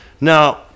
Now